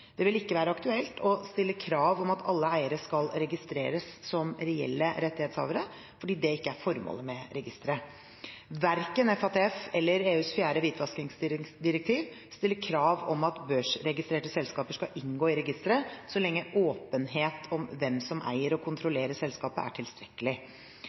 Det vil ikke være aktuelt å stille krav om at alle eiere skal registreres som reelle rettighetshavere, fordi det ikke er formålet med registeret. Verken FATF eller EUs fjerde hvitvaskingsdirektiv stiller krav om at børsregistrerte selskaper skal inngå i registeret så lenge åpenhet om hvem som eier og